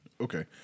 okay